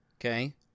Okay